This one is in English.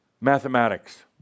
Mathematics